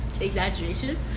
exaggeration